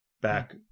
back